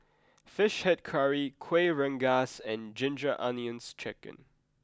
Fish Head Curry Kuih Rengas and Ginger Onions Chicken